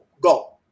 Go